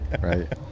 Right